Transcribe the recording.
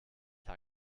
die